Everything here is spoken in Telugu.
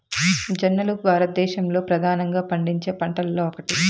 జొన్నలు భారతదేశంలో ప్రధానంగా పండించే పంటలలో ఒకటి